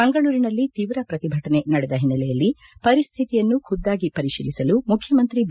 ಮಂಗಳೂರಿನಲ್ಲಿ ತೀವ್ರ ಪ್ರತಿಭಟನೆ ನಡೆದ ಒನ್ನೆಲೆಯಲ್ಲಿ ಪರಿಶ್ಧಿತಿಯನ್ನು ಖುದ್ದಾಗಿ ಪರಿಶೀಲಿಸಲು ಮುಖ್ಯಮಂತ್ರಿ ಬಿ